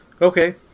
Okay